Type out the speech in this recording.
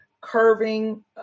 curving